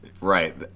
Right